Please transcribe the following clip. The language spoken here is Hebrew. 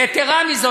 יתרה מזאת,